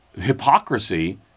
hypocrisy